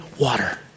water